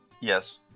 Yes